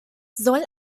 soll